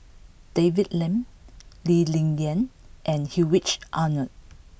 David Lim Lee Ling Yen and Hedwig Anuar